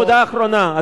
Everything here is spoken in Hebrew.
בנקודה האחרונה,